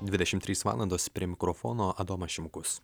dvidešimt trys valandos prie mikrofono adomas šimkus